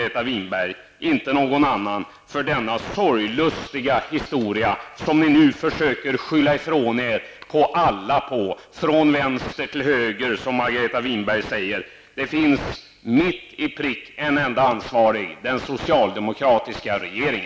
är ansvariga, inte några andra, för denna sorglustiga historia som ni nu försöker skylla på andra, från vänster till höger som ni säger. Det finns mitt i prick en enda ansvarig, den socialdemokratiska regeringen.